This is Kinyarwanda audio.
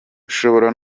ushobora